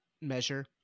measure